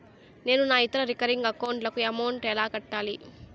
నేను నా ఇతర రికరింగ్ అకౌంట్ లకు అమౌంట్ ఎలా కట్టాలి?